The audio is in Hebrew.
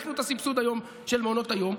העמקנו היום את הסבסוד של מעונות היום,